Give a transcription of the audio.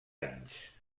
anys